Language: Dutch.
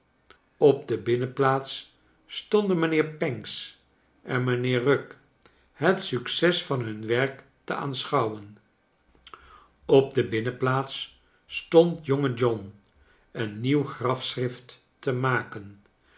op de binnenplaats stonden mijnheer pancks en mijnheer pugg het succes van hun werk te aanschouwen op de binnenplaats stond jonge john een nieuw grafschrift te maken